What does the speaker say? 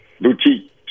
boutique